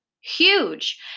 huge